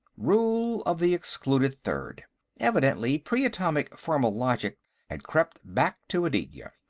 rule of the excluded third evidently pre-atomic formal logic had crept back to aditya.